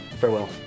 Farewell